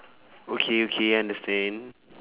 okay okay understand